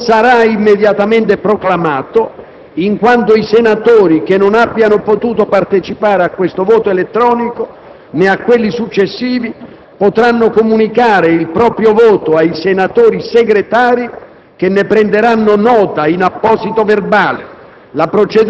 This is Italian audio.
il risultato delle votazioni che ora effettueremo non sarà immediatamente proclamato in quanto i senatori che non abbiano potuto partecipare a questo voto elettronico, né a quelli successivi, potranno comunicare il proprio voto ai senatori segretari